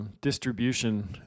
distribution